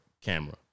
camera